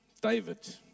David